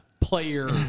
player